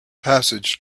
passage